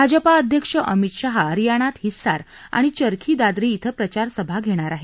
भाजपा अध्यक्ष अमित शहा हरियानात हिस्सार आणि चरखी दादरी ीं प्रचार करणार आहेत